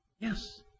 Yes